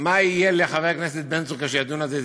מה יהיה לחבר הכנסת בן צור כאשר ידונו על זה,